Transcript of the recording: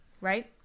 right